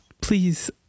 please